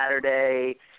Saturday